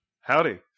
howdy